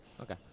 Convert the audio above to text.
Okay